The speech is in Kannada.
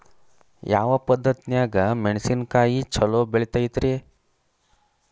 ಯಾವ ಪದ್ಧತಿನ್ಯಾಗ ಮೆಣಿಸಿನಕಾಯಿ ಛಲೋ ಬೆಳಿತೈತ್ರೇ?